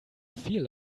feel